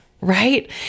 right